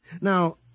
Now